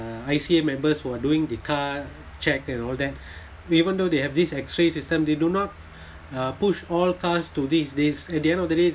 uh I_C_A members who are doing the car check and all that even though they have this X-ray system they do not uh push all cars to this this at the end of the day